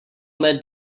met